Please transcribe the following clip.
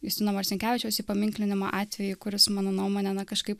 justino marcinkevičiaus įpaminklinimo atvejį kuris mano nuomone na kažkaip